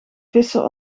vissen